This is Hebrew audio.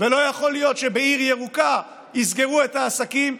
ולא יכול להיות שבעיר ירוקה יסגרו את העסקים.